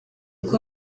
uko